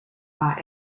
war